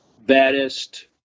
baddest